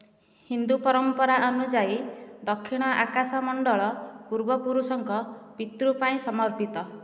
ହିନ୍ଦୁ ପରମ୍ପରା ଅନୁଯାୟୀ ଦକ୍ଷିଣ ଆକାଶ ମଣ୍ଡଳ ପୂର୍ବପୁରୁଷଙ୍କ ପିତୃ ପାଇଁ ସମର୍ପିତ